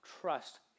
trust